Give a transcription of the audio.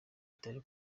itari